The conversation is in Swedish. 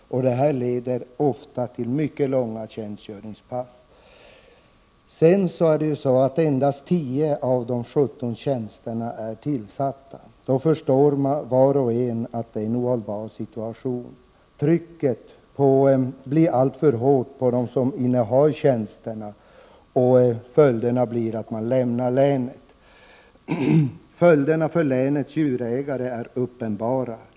Detta leder ofta till mycket långa tjänstgöringspass. Endast 10 av de 17 tjänsterna är tillsatta. Då förstår var och en att situationen är ohållbar. Trycket blir alltför hårt på dem som innehar tjänsterna, och följderna blir att de lämnar länet. Konsekvenserna för länets djurägare är uppenbara.